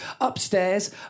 upstairs